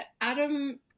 Adam